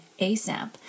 ASAP